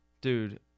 Dude